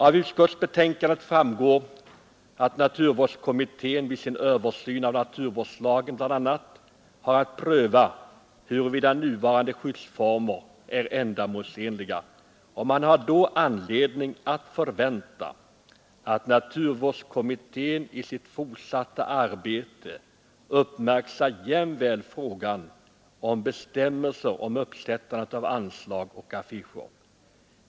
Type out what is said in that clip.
Av utskottsbetänkandet framgår att naturvårdskommittén vid sin översyn av naturvårdslagen bl.a. har att pröva huruvida nuvarande skyddsformer är ändamålsenliga och man har då anledning att förvänta att kommittén i sitt fortsatta arbete uppmärksammar jämväl frågan om bestämmelser om uppsättande av anslag och affischer.